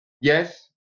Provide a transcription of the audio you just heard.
Yes